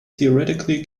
theoretically